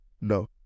No